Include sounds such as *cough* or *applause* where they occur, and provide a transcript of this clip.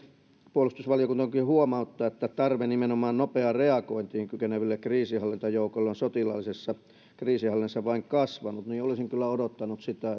puolustusvaliokuntakin huomauttaa että tarve nimenomaan nopeaan reagointiin kykeneville kriisinhallintajoukoille on sotilaallisessa kriisinhallinnassa vain kasvanut niin olisin kyllä odottanut sitä *unintelligible*